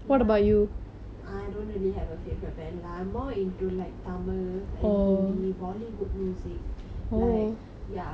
I don't really have a favourite band lah I'm more into like tamil and hindi bollywood music like ya